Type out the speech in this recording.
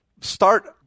Start